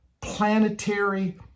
planetary